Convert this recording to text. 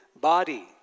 body